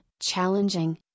challenging